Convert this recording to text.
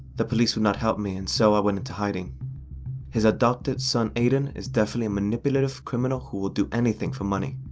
the police would not help me and so i went into hiding his adopted son aiden is definitely a manipulative criminal who will do anything for money